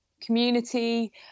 community